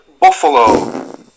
Buffalo